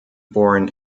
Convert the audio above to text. born